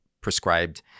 prescribed